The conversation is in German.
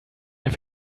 mehr